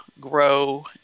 grow